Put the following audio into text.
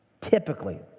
typically